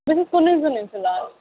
بہٕ چھُس کُنُے زُنٕے فِلحال